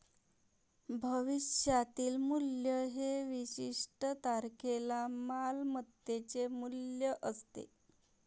भविष्यातील मूल्य हे विशिष्ट तारखेला मालमत्तेचे मूल्य असते